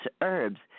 herbs